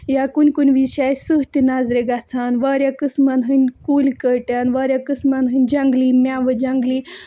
یا کُنہِ کُنہِ وِز چھِ اَسہِ سٕہہ تہِ نظرِ گژھان واریاہ قٕسمَن ہٕنٛدۍ کُلۍ کٔٹۍ واریاہ قٕسمَن ہٕنٛدۍ جنٛگلی میٚوٕ جنٛگلی